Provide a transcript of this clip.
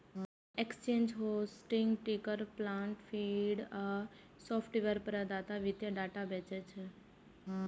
exchange, hosting, ticker plant feed आ software प्रदाता वित्तीय डाटा बेचै छै